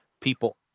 people